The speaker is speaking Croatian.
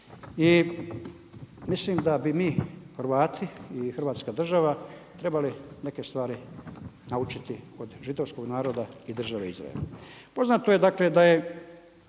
I mislim da bi mi Hrvati i hrvatska država trebali neke stvari naučiti od Židovskog naroda i države Izrael. Poznato je dakle da je